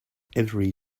every